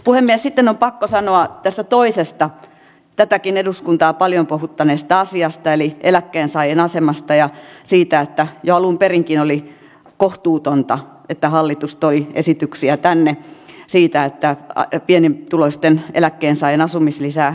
puhemies sitten on pakko sanoa tästä toisesta tätäkin eduskuntaa paljon puhuttaneesta asiasta eli eläkkeensaajien asemasta ja siitä että jo alunperinkin oli kohtuutonta että hallitus toi esityksiä tänne siitä että ajo pienituloisten eläkkeensaajien asumislisää